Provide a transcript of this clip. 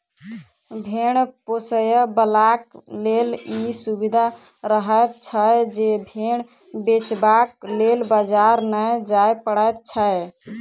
भेंड़ पोसयबलाक लेल ई सुविधा रहैत छै जे भेंड़ बेचबाक लेल बाजार नै जाय पड़ैत छै